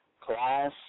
class